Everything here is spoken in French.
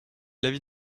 l’avis